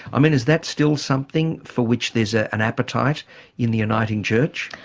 i mean is that still something for which there's ah an appetite in the uniting church?